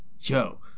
Yo